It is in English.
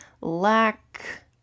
lack